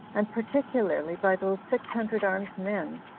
and particularly by those six hundred armed men,